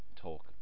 talk